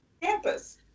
campus